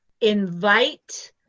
invite